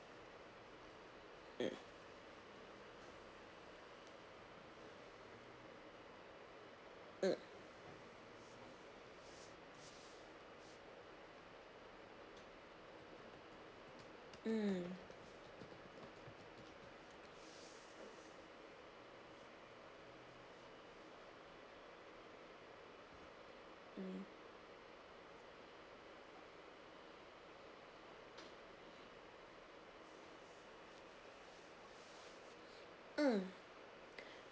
mm mm mm mm